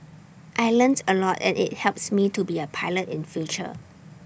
I learns A lot and IT helps me to be A pilot in future